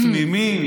תמימים.